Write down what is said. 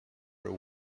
were